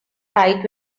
right